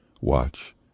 Watch